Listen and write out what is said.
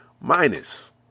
minus